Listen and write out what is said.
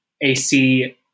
AC